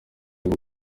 bwo